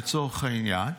לצורך העניין,